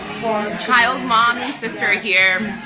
kyle's mom and sister are here,